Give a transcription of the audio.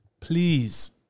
Please